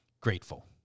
grateful